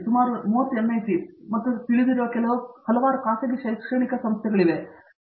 ನಾನು ಸುಮಾರು 30 ಎನ್ಐಟಿ ಮತ್ತು ನೀವು ತಿಳಿದಿರುವ ಹಲವಾರು ಖಾಸಗಿ ಶೈಕ್ಷಣಿಕ ಸಂಸ್ಥೆಗಳಿಗೆ ಎಂದು ಕೇಳಿದೆ